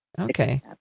Okay